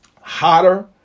hotter